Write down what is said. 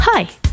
Hi